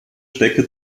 strecke